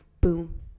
boom